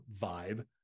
vibe